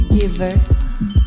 giver